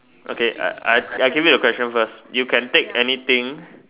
okay I I I give you the question first you can take anything